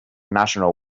national